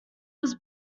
was